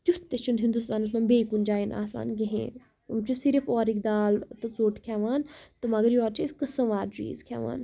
تیُتھ تہِ چھُنہٕ ہِندوستانَس منٛز بیٚیہِ کُنہِ جایَن آسان کِہیٖنۍ یِم چھِ صرف اورٕکۍ دال تہٕ ژوٚٹ کھیٚوان تہٕ مگر یورٕ چھِ أسۍ قٕسٕم وار چیٖز کھیٚوان